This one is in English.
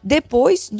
Depois